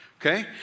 Okay